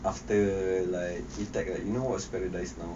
after like a tech right you know what's a paradise now